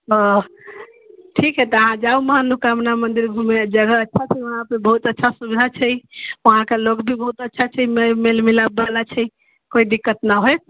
तब ठीक हइ तऽ अहाँ जाउ मनोकामना मन्दिर घूमय जगह अच्छा छै वहाँपर बहुत अच्छा सुविधा छै वहाँके लोग भी बहुत अच्छा छै मेल मिलापवला छै कोइ दिक्कत ना होयत